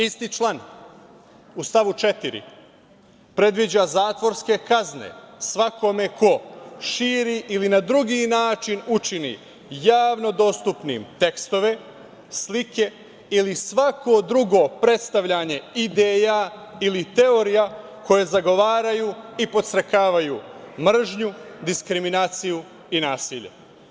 Isti član u stavu 4. predviđa zatvorske kazne svakome ko širi ili na drugi način učini javno dostupnim tekstove, slike ili svako drugo predstavljanje ideja ili teorija koje zagovaraju i podstrekavaju mržnju, diskriminaciju i nasilje.